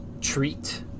treat